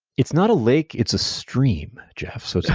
it's not a lake. it's a stream, jeff. so it's